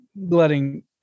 letting